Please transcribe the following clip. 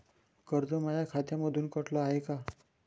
कर्ज माया खात्यामंधून कटलं हाय का?